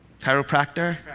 Chiropractor